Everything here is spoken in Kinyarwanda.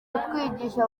kutwigisha